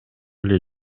эле